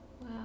Wow